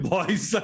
Boys